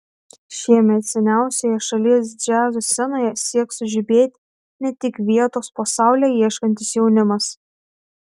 šiemet seniausioje šalies džiazo scenoje sieks sužibėti ne tik vietos po saule ieškantis jaunimas